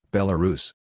Belarus